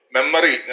Memory